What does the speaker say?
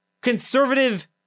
conservative